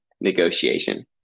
negotiation